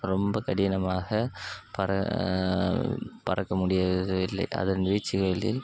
ரொம்ப கடினமாக பற பறக்கமுடியவில்லை அதன் வீச்சுகளில்